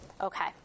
okay